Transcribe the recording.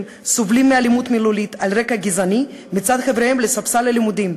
וסובלים מאלימות מילולית על רקע גזעני מצד חבריהם לספסל הלימודים,